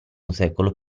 secolo